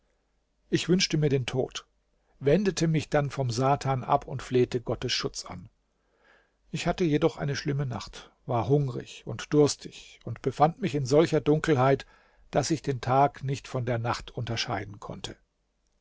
ich wünschte mir den tod wendete mich dann vom satan ab und flehte gottes schutz an ich hatte jedoch eine schlimme nacht war hungrig und durstig und befand mich in solcher dunkelheit daß ich den tag nicht von der nacht unterscheiden konnte